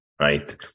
right